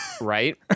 Right